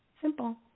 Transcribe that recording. Simple